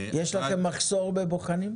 יש לכם מחסור בבוחנים?